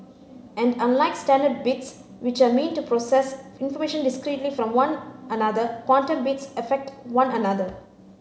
and unlike standard bits which are mean to process information discretely from one another quantum bits affect one another